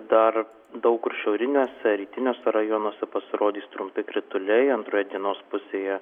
dar daug kur šiauriniuose rytiniuose rajonuose pasirodys trumpi krituliai antroje dienos pusėje